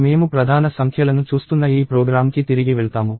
మేము ప్రధాన సంఖ్యలను చూస్తున్న ఈ ప్రోగ్రామ్కి తిరిగి వెళ్తాము